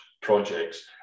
projects